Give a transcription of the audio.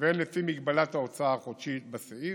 והן לפי מגבלת ההוצאה החודשית בסעיף.